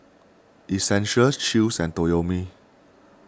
Essential Chew's and Toyomi